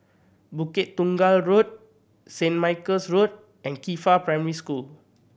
Bukit Tunggal Road Saint Michael's Road and Qifa Primary School